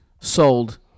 sold